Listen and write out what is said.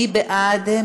מי בעד?